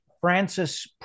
Francis